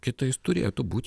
kitais turėtų būt